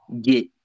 get –